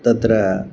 तत्र